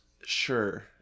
Sure